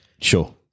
Sure